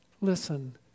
Listen